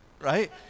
Right